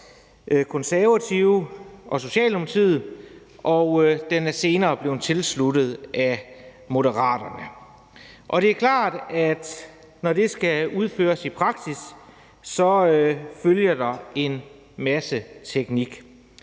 Konservative og Socialdemokratiet, og Moderaterne har senere tilsluttet sig den. Det er klart, at når det skal udføres i praksis, følger der en masse teknik